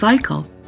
cycle